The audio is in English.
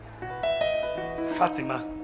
Fatima